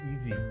easy